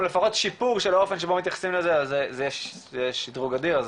לפחות שיפור של האופן שבו מתייחסים לזה אז זה שדרוג אדיר,